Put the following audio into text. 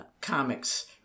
comics